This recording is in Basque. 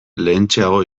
lehentxeago